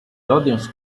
audience